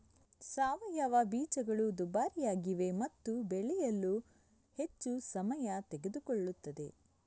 ಸಾವಯವ ಬೀಜಗಳು ದುಬಾರಿಯಾಗಿವೆ ಮತ್ತು ಬೆಳೆಯಲು ಹೆಚ್ಚು ಸಮಯ ತೆಗೆದುಕೊಳ್ಳುತ್ತವೆ